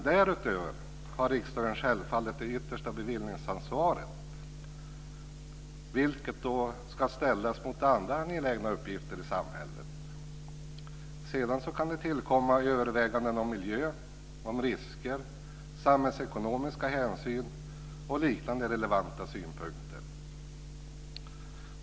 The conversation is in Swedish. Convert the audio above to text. Därutöver har riksdagen självfallet det yttersta bevillningsansvaret, vilket ska ställas mot andra angelägna uppgifter i samhället. Sedan kan det tillkomma överväganden om miljö, risker, samhällsekonomiska hänsyn och liknande relevanta synpunkter.